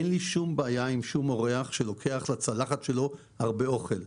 אין לי שום בעיה עם שום אורח שלוקח לצלחת שלו הרבה אוכל,